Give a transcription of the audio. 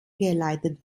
geleitet